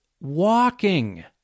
walking